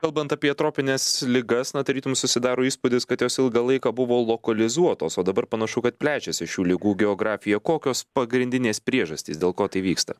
kalbant apie tropines ligas na tarytum susidaro įspūdis kad jos ilgą laiką buvo lokalizuotos o dabar panašu kad plečiasi šių ligų geografija kokios pagrindinės priežastys dėl ko tai vyksta